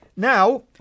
Now